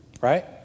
right